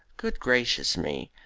good gracious me!